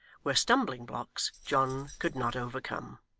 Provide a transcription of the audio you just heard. were stumbling blocks john could not overcome.